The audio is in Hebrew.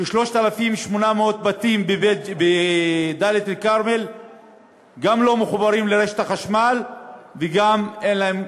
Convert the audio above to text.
ש-3,800 בתים בדאלית-אלכרמל גם לא מחוברים לרשת החשמל וגם אין להם,